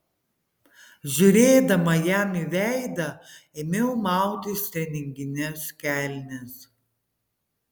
žiūrėdama jam į veidą ėmiau mautis treningines kelnes